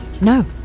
No